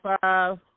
Five